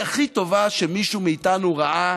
היא הכי טובה שמישהו מאיתנו ראה